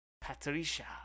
Patricia